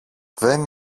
δεν